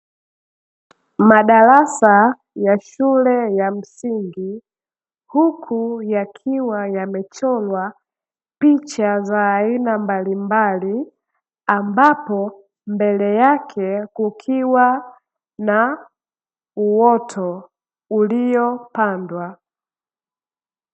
Madarasa ya shule ya msingi, huku yakiwa yamechorwa picha za aina mbalimbali ambapo mbele yake kukiwa na uoto uliopandwa.